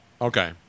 Okay